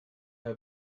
her